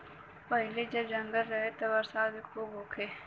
पहिले जब जंगल रहे त बरसात भी खूब होखे